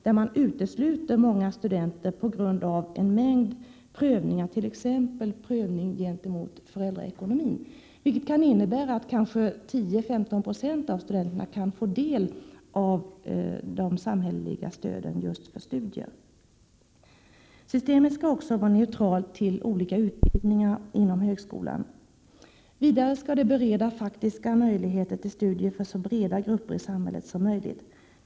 Där utesluts många studenter på grund av en mängd prövningar, t.ex. prövning gentemot föräldraekonomin, vilket kan innebära att kanske 10—15 96 av studenterna får del av de samhälleliga stöden för just studier. Systemet skall också vara neutralt till olika utbildningar inom högskolan. Vidare skall det bereda faktiska möjligheter till studier för så breda grupper i samhället som möjligt.